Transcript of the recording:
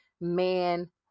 man